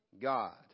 God